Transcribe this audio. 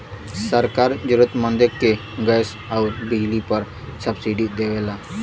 सरकार जरुरतमंद के गैस आउर बिजली पर सब्सिडी देवला